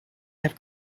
have